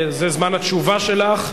זה זמן התשובה שלך,